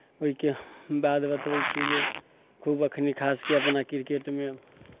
ओहिके बाद बतबै छी जे खूब एखन खास कऽ अपना क्रिकेटमे